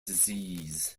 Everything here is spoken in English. disease